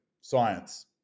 Science